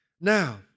Now